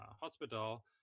hospital